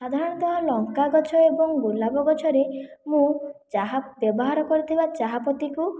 ସାଧାରଣତଃ ଲଙ୍କାଗଛ ଏବଂ ଗୋଲାପ ଗଛରେ ମୁଁ ଚାହା ବ୍ୟବହାର କରିଥିବା ଚାହା ପତିକୁ